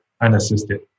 unassisted